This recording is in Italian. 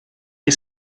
che